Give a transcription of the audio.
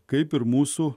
kaip ir mūsų